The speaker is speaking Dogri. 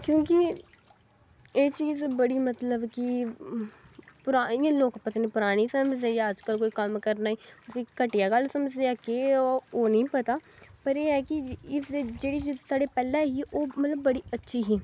क्योंकि एह् चीज बडी मतलब कि इ'यां लोक पता निं परानी समझदे जां अज्ज कल कोई कम्म करने गी इसी घटिया गल्ल समझदे केह् ऐ ओह् निं पता पर एह् ऐ कि जेह्ड़ी चीज साढ़े पैह्लें ही ओह् मतलब बड़ी अच्छी ही